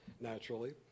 naturally